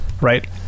right